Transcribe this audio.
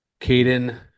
Caden